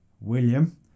William